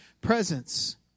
presence